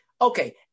okay